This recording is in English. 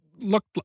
looked